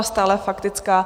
Stále faktická.